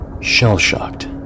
Shell-shocked